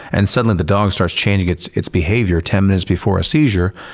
and suddenly the dog starts changing its its behavior ten minutes before a seizure.